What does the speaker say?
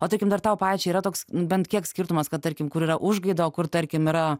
o tarkim ar tau pačiai yra toks bent kiek skirtumas kad tarkim kur yra užgaida o kur tarkim yra